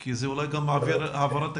כי זה אולי גם מעביר העברה תקציבית.